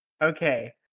Okay